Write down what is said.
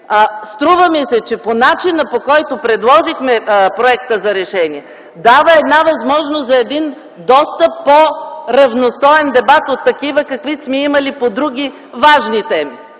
Струва ми се, че по начина, по който предложихме проекта за решение дава една възможност за един доста по-равностоен дебат от такива, каквито сме имали по други важни теми.